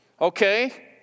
Okay